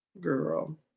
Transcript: Girl